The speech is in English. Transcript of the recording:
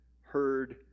heard